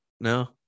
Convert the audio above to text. No